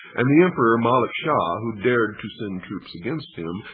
and the emperor malik shah, who dared to send troops against him,